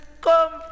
come